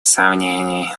сомнений